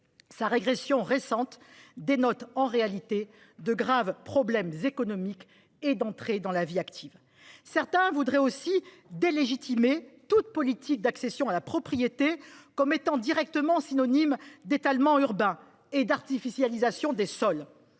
Sa régression récente dénote, en réalité, de graves problèmes économiques et d’entrée dans la vie active. Certains voudraient aussi délégitimer toute politique d’accession à la propriété, la présentant comme directement synonyme d’étalement urbain et d’artificialisation des sols.